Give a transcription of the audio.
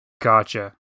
Gotcha